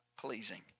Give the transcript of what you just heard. pleasing